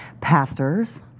pastors